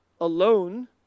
alone